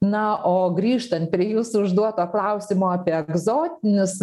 na o grįžtant prie jūsų užduoto klausimo apie egzotinius